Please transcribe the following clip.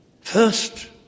first